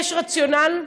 יש רציונל.